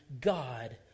God